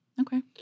Okay